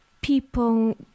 people